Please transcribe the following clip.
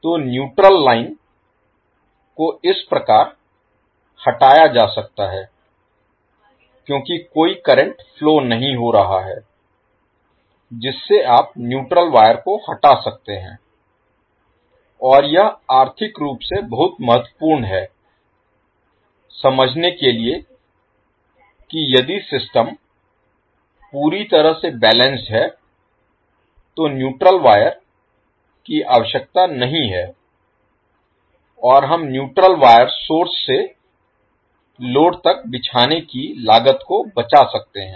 तो neutral line को इस प्रकार हटाया जा सकता है क्योंकि कोई करंट फ्लो नहीं हो रहा है जिससे आप न्यूट्रल वायर को हटा सकते हैं और यह आर्थिक रूप से बहुत महत्वपूर्ण है समझने के लिए कि यदि सिस्टम पूरी तरह से बैलेंस्ड है तो न्यूट्रल वायर की आवश्यकता नहीं है और हम न्यूट्रल वायर सोर्स से लोड तक बिछाने की लागत को बचा सकते हैं